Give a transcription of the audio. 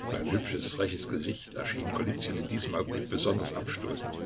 sein hübsches freches gesicht erschien golizyn in diesem augenblick besonders abstoßend